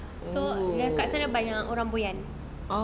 so kat sana banyak orang boyan